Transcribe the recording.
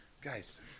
guys